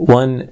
one